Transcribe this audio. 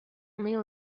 only